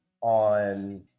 on